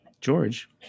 George